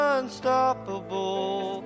Unstoppable